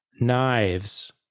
knives